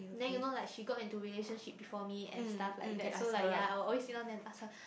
then you know like she got into relationship before me and stuff like that so like yea I always sit down there and ask her